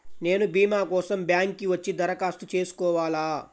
నేను భీమా కోసం బ్యాంక్కి వచ్చి దరఖాస్తు చేసుకోవాలా?